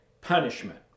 punishment